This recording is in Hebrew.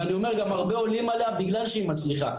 ואני אומר גם הרבה עולים עליה בגלל שהיא מצליחה.